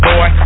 Boy